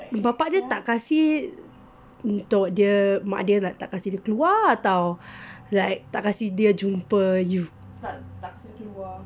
bapa dia tak kasi untuk dia mak dia tak kasi dia keluar atau like atau tak kasi dia jumpa you